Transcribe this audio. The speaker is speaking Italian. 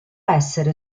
essere